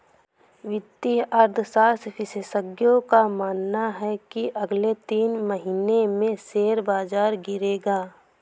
वित्तीय अर्थशास्त्र विशेषज्ञों का मानना है की अगले तीन महीने में शेयर बाजार गिरेगा